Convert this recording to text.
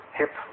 hip